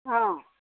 অ